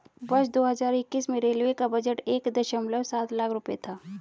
वर्ष दो हज़ार इक्कीस में रेलवे का बजट एक दशमलव सात लाख रूपये था